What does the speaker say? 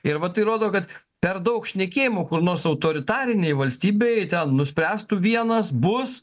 ir va tai rodo kad per daug šnekėjimo kur nors autoritarinėj valstybėj ten nuspręstų vienas bus